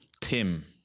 Tim